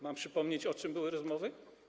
Mam przypomnieć, o czym były rozmowy?